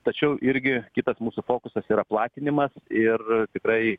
tačiau irgi kitas mūsų fokusas yra platinimas ir tikrai